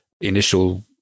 initial